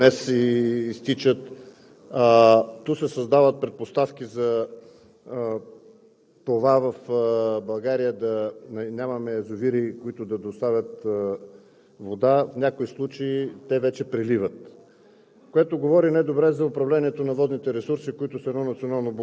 както беше 2017 г., ту са препълнени, както е днес, и изтичат, ту се създават предпоставки за това в България да нямаме язовири, които да доставят вода. В някои случаи те вече преливат,